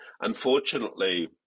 Unfortunately